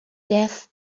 death